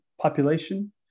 population